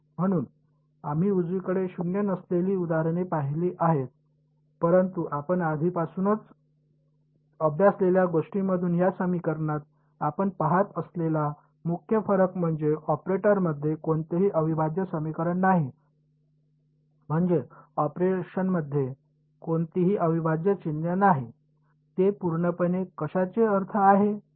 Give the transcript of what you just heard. म्हणून आम्ही उजवीकडील शून्य नसलेली उदाहरणे पाहिली आहेत परंतु आपण आधीपासूनच अभ्यासलेल्या गोष्टींमधून या समीकरणात आपण पहात असलेला मुख्य फरक म्हणजे ऑपरेटरमध्ये कोणतेही अविभाज्य समीकरण नाही म्हणजे ऑपरेशनमध्ये कोणतेही अविभाज्य चिन्ह नाही ते पूर्णपणे कशाचे अर्थ आहे